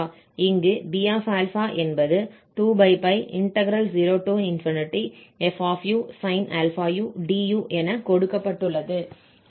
இங்கு B α என்பது 20fusin αu du என கொடுக்கப்பட்டுள்ளது